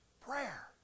Prayer